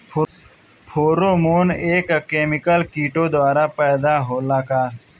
Pheromone एक chemical किटो द्वारा पैदा होला का?